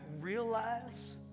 realize